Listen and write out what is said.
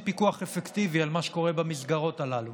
פיקוח אפקטיבי על מה שקורה במסגרות הללו.